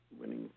winning